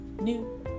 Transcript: new